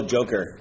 Joker